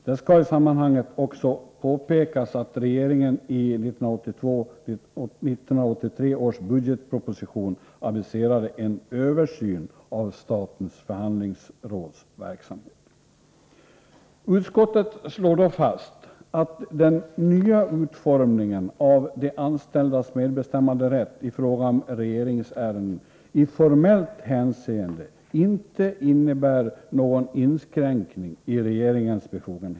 Det skall i sammanhanget också påpekas att regeringen i 1982/83 års budgetproposition aviserade en översyn av statens förhandlingsråds verksamhet. Utskottet slår då fast att den nya utformningen av de anställdas medbestämmanderätt i fråga om regeringsärenden i formellt hänseende inte innebär någon inskränkning i regeringens befogenheter.